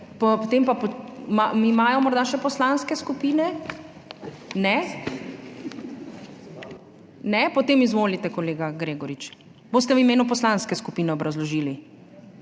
ZUPANČIČ: Imajo morda še poslanske skupine? (Ne.) Ne. Potem izvolite, kolega Gregorič. Boste v imenu poslanske skupine obrazložili?